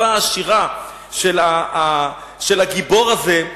בשפה העשירה של הגיבור הזה,